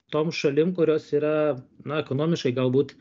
tom šalim kurios yra na ekonomiškai galbūt